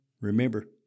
remember